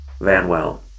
Vanwell